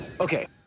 Okay